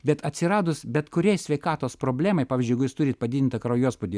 bet atsiradus bet kuriai sveikatos problemai pavyzdžiui jeigu jūs turit padidintą kraujospūdį